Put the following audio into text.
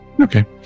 Okay